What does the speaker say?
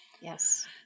yes